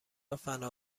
فنا